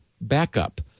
Backup